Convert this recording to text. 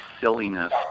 silliness